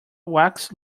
wax